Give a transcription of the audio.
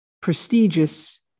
prestigious